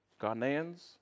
Ghanaians